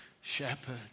shepherd